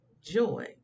joy